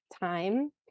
time